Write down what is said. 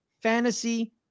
fantasy